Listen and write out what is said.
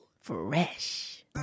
Fresh